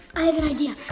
i have an idea!